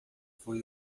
foi